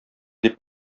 дип